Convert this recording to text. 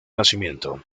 nacimiento